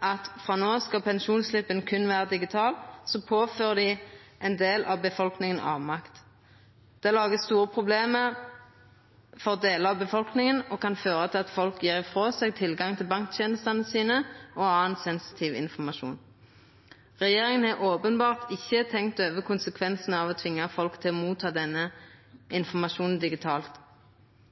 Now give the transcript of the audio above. at frå no av skal pensjonsslippen berre vera digital, påfører dei ein del av befolkninga avmakt. Det lagar store problem for delar av befolkninga og kan føra til at folk gjev frå seg tilgang til banktenestene sine og annan sensitiv informasjon. Regjeringa har openbert ikkje tenkt over konsekvensane av å tvinga folk til å motta denne informasjonen digitalt.